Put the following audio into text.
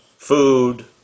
Food